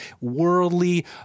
worldly